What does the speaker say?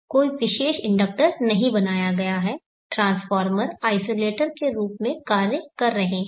कोई विशेष इंडक्टर नहीं बनाया गया है ट्रांसफॉर्मर आइसोलेटर के रूप में कार्य कर रहे हैं